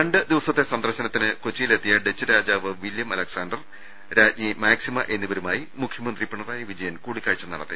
രണ്ടു ദിവസത്തെ സന്ദർശനത്തിന് കൊച്ചിയിൽ എത്തിയ ഡച്ച് രാജാവ് വില്യം അലക്സാണ്ടർ രജ്ഞി മാക്സിമ എന്നിവരുമായി മുഖ്യ മന്ത്രി പിണറായി വിജയൻ കൂടിക്കാഴ്ച നടത്തി